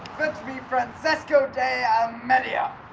me francisco de i mean ah